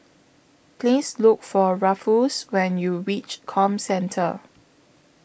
Please Look For Ruffus when YOU REACH Comcentre